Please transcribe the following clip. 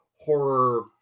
horror